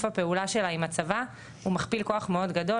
הפעולה שלה עם הצבא הוא מכפיל כוח מאוד גדול.